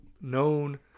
known